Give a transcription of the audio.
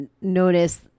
Notice